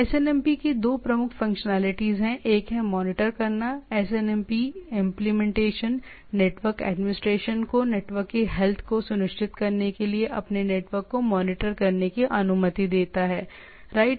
SNMP की दो प्रमुख फंक्शनैलिटीज है एक है मॉनिटर करना एसएनएमपी इंप्लीमेंटेशन नेटवर्क एडमिनिस्ट्रेटर को नेटवर्क के हेल्थ को सुनिश्चित करने के लिए अपने नेटवर्क को मॉनिटर करने की अनुमति देता है राइट